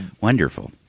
Wonderful